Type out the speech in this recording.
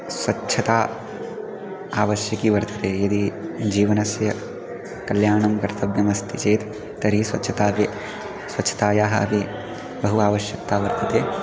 स्वच्छता आवश्यकी वर्तते यदि जीवनस्य कल्याणं कर्तव्यमस्ति चेत् तर्हि स्वच्छतापि स्वच्छतायाः अपि बहु आवश्यकता वर्तते